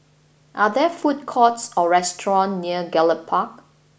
are there food courts or restaurants near Gallop Park